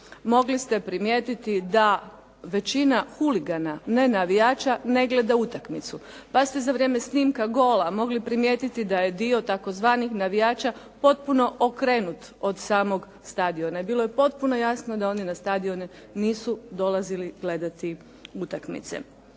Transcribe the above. mogli ste primijetiti da većina huligana, ne navijača ne gleda utakmicu pa ste za vrijeme snimka gola mogli primijetiti da je dio tzv. navijača potpuno okrenut od samog stadiona. I bilo je potpuno jasno da oni na stadione nisu dolazili gledati utakmice.